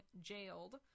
jailed